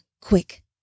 quick